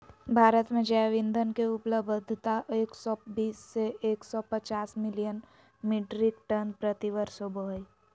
भारत में जैव ईंधन के उपलब्धता एक सौ बीस से एक सौ पचास मिलियन मिट्रिक टन प्रति वर्ष होबो हई